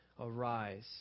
arise